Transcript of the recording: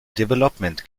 development